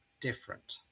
different